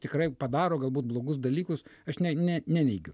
tikrai padaro galbūt blogus dalykus aš ne ne neneigiu